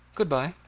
good-bye.